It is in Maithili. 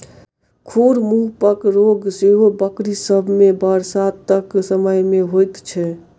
खुर मुँहपक रोग सेहो बकरी सभ मे बरसातक समय मे होइत छै